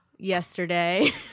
Yesterday